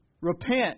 repent